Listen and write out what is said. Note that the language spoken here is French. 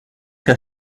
qu’à